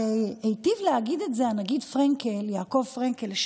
הרי היטיב להגיד את זה נגיד בנק ישראל לשעבר יעקב פרנקל.